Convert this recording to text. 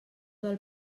del